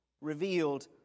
revealed